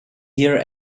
here